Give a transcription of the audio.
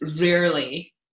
rarely